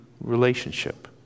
relationship